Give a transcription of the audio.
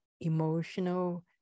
emotional